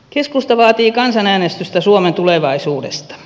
keskusta vaatii kansanäänestystä suomen tulevaisuudesta